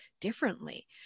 differently